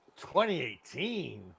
2018